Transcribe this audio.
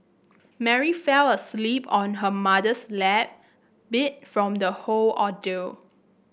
Mary fell asleep on her mother's lap beat from the whole ordeal